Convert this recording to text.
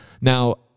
Now